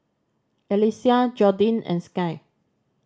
Alesia Jordin and Sky